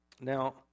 Now